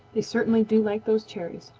they certainly do like those cherries,